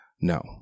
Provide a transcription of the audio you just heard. no